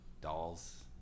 dolls